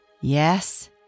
Yes